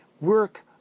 work